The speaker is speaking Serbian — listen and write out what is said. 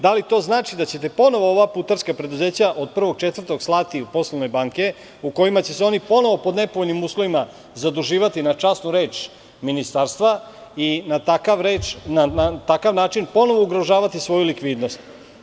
Da li to znači da ćete ponovo ova putarska preduzeća od 1.04. slati u poslovne banke u kojima će se oni ponovo pod nepovoljnim uslovima zaduživati na časnu reč ministarstva i na takav način ponovo ugrožavati svoju likvidnost.